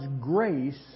grace